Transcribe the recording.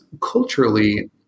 culturally